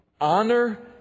honor